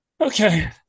okay